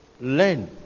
learn